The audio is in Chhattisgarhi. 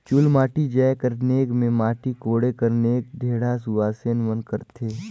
चुलमाटी जाए कर नेग मे माटी कोड़े कर नेग ढेढ़ा सुवासेन मन कर रहथे